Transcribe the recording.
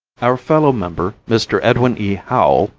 our fellow-member, mr. edwin e. howell,